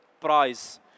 prize